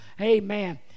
amen